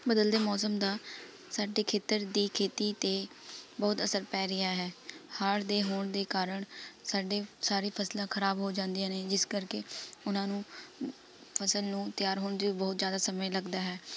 ਬਦਲਦੇ ਮੌਸਮ ਦਾ ਸਾਡੇ ਖੇਤਰ ਦੀ ਖੇਤੀ 'ਤੇ ਬਹੁਤ ਅਸਰ ਪੈ ਰਿਹਾ ਹੈ ਹੜ੍ਹ ਦੇ ਹੋਣ ਦੇ ਕਾਰਨ ਸਾਡੇ ਸਾਰੀ ਫਸਲਾਂ ਖ਼ਰਾਬ ਹੋ ਜਾਂਦੀਆਂ ਨੇ ਜਿਸ ਕਰਕੇ ਉਨ੍ਹਾਂ ਨੂੰ ਫਸਲ ਨੂੰ ਤਿਆਰ ਹੋਣ 'ਚ ਬਹੁਤ ਜ਼ਿਆਦਾ ਸਮੇਂ ਲੱਗਦਾ ਹੈ